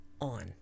on